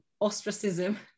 ostracism